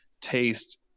taste